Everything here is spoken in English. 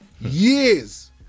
Years